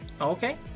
okay